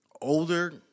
older